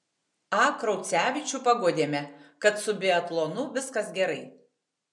a kraucevičių paguodėme kad su biatlonu viskas gerai